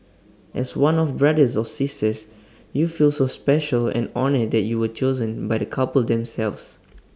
as one of brothers or sisters you feel so special and honoured that you were chosen by the couple themselves